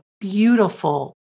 beautiful